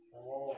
orh